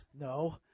No